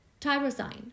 Tyrosine